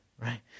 right